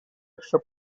extra